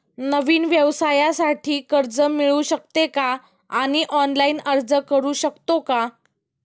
नवीन व्यवसायासाठी कर्ज मिळू शकते का आणि ऑनलाइन अर्ज करू शकतो का?